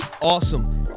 Awesome